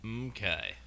Okay